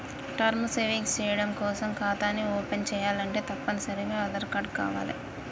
term savings చెయ్యడం కోసం ఖాతాని ఓపెన్ చేయాలంటే తప్పనిసరిగా ఆదార్ కార్డు కావాలే